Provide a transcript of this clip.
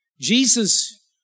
Jesus